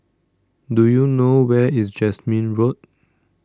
do you know where is Jasmine Road